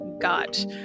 got